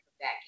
back